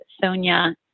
Sonia